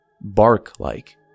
bark-like